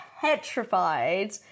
petrified